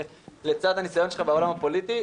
לצד הניסיון שלך בעולם הפוליטי,